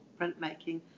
printmaking